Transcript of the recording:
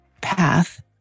path